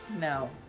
No